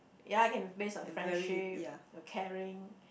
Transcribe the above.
ya can be based on friendship the caring